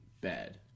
bad